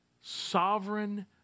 sovereign